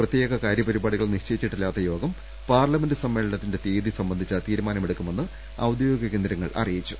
പ്രത്യേക കാരൃപരിപാടികൾ നിശ്ചയിച്ചിട്ടില്ലാത്ത യോഗം പാർലമെന്റ് സമ്മേളനത്തിന്റെ തിയ്യതി സംബന്ധിച്ച തീരുമാനമെടുത്തേക്കുമെന്ന് ഔദ്യോ ഗിക കേന്ദ്രങ്ങൾ അറിയിച്ചു